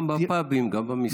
גם בפאבים, גם במסעדות.